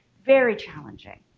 very challenging.